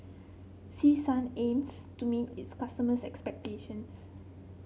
Selsun aims to meet its customers' expectations